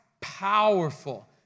powerful